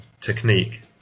technique